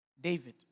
David